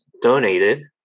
donated